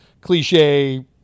cliche